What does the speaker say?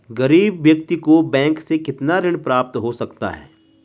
गरीब व्यक्ति को बैंक से कितना ऋण प्राप्त हो सकता है?